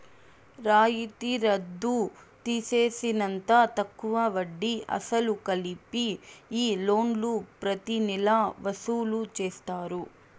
రాయితీ రద్దు తీసేసినంత తక్కువ వడ్డీ, అసలు కలిపి ఈ లోన్లు ప్రతి నెలా వసూలు చేస్తారు